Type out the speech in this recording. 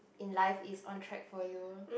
in life is on track for you